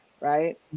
right